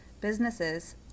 businesses